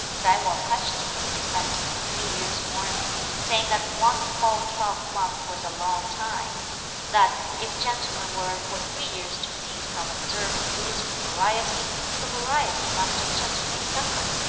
tsai wo questioned him respecting the three years' mourning, saying that one full twelve-month was a long time that, if gentlemen were for three years to cease from observing rules of propriety, propriety must certainly suffer,